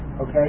Okay